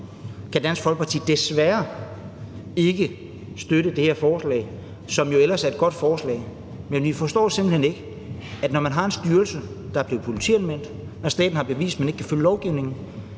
kan Dansk Folkeparti desværre ikke støtte det her forslag, som jo ellers er et godt forslag. Men vi forstår simpelt hen ikke, at når man har en styrelse, der er blevet politianmeldt, når staten har bevist, at man ikke kan følge lovgivningen,